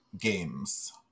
Games